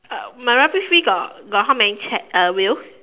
my rubbish bin got got how many chair uh wheel